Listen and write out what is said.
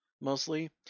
mostly